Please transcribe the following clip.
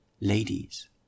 Ladies